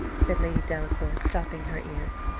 said lady delacour, stopping her ears.